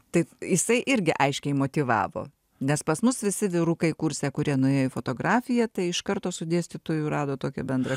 tai jisai irgi aiškiai motyvavo nes pas mus visi vyrukai kurse kurie nuėjo į fotografiją tai iš karto su dėstytoju rado tokią bendrą